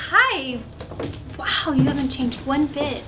hi how you gonna change one thing